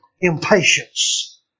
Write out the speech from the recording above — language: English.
impatience